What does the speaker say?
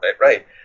right